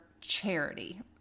Charity